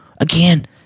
again